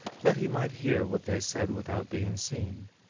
that he might hear what they said without being seen.